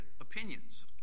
opinions